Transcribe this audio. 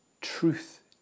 truth